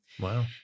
Wow